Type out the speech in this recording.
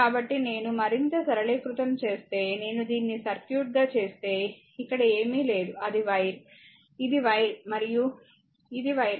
కాబట్టి నేను మరింత సరళీకృతం చేస్తే నేను దీన్ని ఈ సర్క్యూట్ గా చేస్తే ఇక్కడ ఏమీ లేదు అది వైర్ ఇది వైర్ మరియు ఇది వైర్